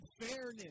fairness